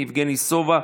יבגני סובה,